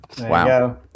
wow